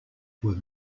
were